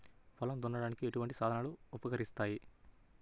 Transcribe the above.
పొలం దున్నడానికి ఎటువంటి సాధనాలు ఉపకరిస్తాయి?